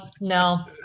No